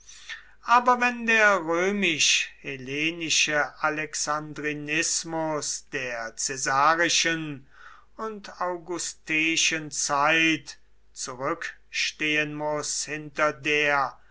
aber wenn der römisch hellenische alexandrinismus der caesarischen und augusteischen zeit zurückstehen muß hinter der